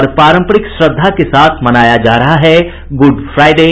और पारम्परिक श्रद्धा के साथ मनाया जा रहा है गुड फ्राइडे